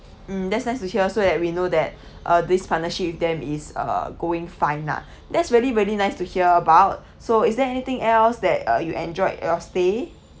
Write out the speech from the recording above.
mm that's nice to hear so that we know that uh this partnership with them is uh going fine lah that's really very nice to hear about so is there anything else that uh you enjoyed your stay